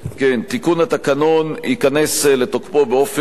תיקון התקנון ייכנס לתוקפו באופן מיידי,